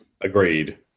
agreed